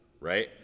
right